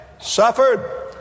suffered